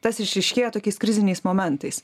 tas išryškėjo tokiais kriziniais momentais